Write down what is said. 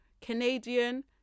canadian